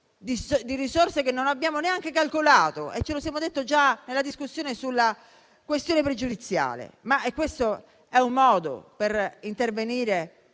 di risorse che non abbiamo neanche calcolato. Ce lo siamo detti già nella discussione sulla questione pregiudiziale. È questo il modo per intervenire